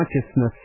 consciousness